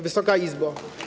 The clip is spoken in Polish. Wysoka Izbo!